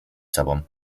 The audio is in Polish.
sobą